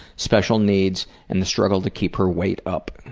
special needs, and the struggle to keep her weight up.